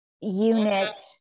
unit